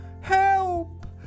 help